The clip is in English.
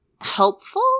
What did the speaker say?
helpful